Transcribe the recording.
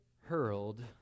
hurled